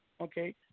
okay